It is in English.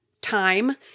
time